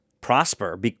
prosper